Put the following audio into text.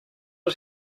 did